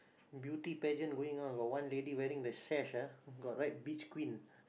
beauty pageant going on got one lady wearing the sash ah got write beach queen